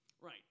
Right